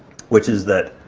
which is that